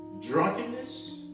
drunkenness